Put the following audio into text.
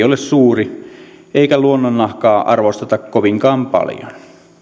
ole suuri eikä luonnonnahkaa arvosteta kovinkaan paljon